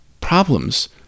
problems